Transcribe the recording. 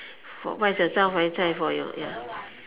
what is your 招牌菜 for your ya